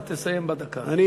אבל תסיים בדקה הזאת.